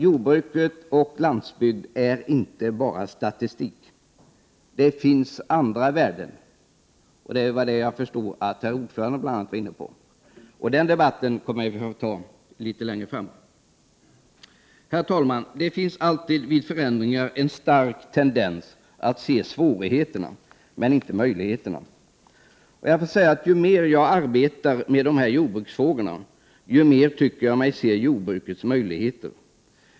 Jordbruket och landsbygden är inte bara statistik. Det finns andra värden, och detta var även ordföranden inne på. Men det skall vi debattera litet längre fram. Herr talman! Det finns alltid vid förändringar en stark tendens att se svårigheterna men inte möjligheterna. Men ju mer jag arbetar med jordbruksfrågorna, desto mer tycker jag mig se jordbrukets möjligheter.